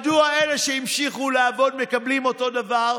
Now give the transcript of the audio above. מדוע אלה שהמשיכו לעבוד מקבלים אותו דבר?